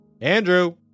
Andrew